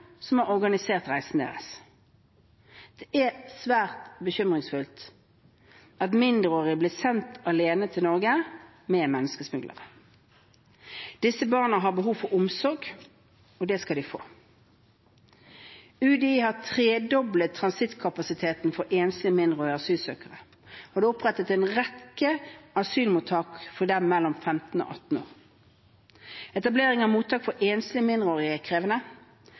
som har organisert reisen deres. Det er svært bekymringsfullt at mindreårige blir sendt alene til Norge med menneskesmuglere. Disse barna har behov for omsorg, og det skal de få. UDI har tredoblet transittkapasiteten for enslige mindreårige asylsøkere, og det er opprettet en rekke asylmottak for dem mellom 15 og 18 år. Etablering av mottak for enslige mindreårige er krevende